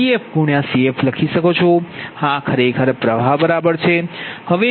Cf લખી શકો છો આ ખરેખર પ્ર્વાહ બરાબર છે